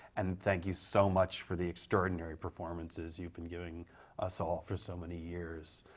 and thank you so much for the extraordinary performances you've been giving us all for so many years.